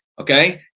okay